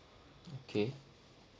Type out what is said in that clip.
okay